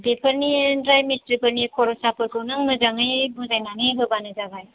बेफोरनि ओमफ्राय मिस्ट्रिफोरनि खरसाफोरखौ नों मोजाङै बुजायनानै होबानो जाबाय